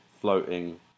floating